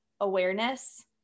awareness